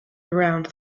around